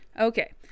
okay